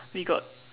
we got